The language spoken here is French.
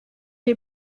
est